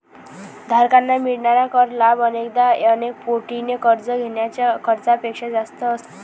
धारकांना मिळणारा कर लाभ अनेकदा अनेक पटीने कर्ज घेण्याच्या खर्चापेक्षा जास्त असेल